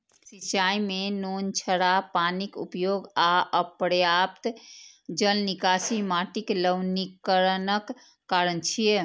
सिंचाइ मे नोनछराह पानिक उपयोग आ अपर्याप्त जल निकासी माटिक लवणीकरणक कारण छियै